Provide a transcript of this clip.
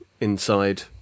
inside